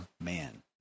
man